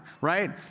right